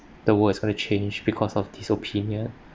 the world is going to change because of this opinion